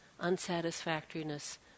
unsatisfactoriness